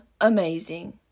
amazing